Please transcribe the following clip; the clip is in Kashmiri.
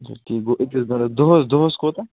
اَچھا ٹھیٖک گوٚو أکِس دۄہس دۄہس کوٗتاہ